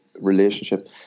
relationship